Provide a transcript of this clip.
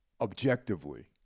objectively